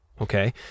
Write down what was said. Okay